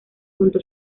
junto